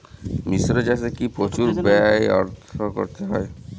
মিশ্র চাষে কি প্রচুর অর্থ ব্যয় করতে হয়?